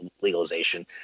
legalization